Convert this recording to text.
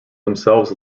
themselves